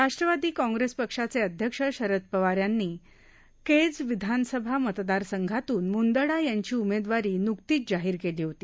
Rashtrawadi Congress पक्षाचे अध्यक्ष शरद पवार यांनी केज विधानसभा मतदार संघातून मुंदडा यांची उमेदवारी नुकतीच जाहीर केली होती